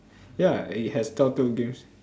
ya it has telltale games